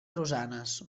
rosanes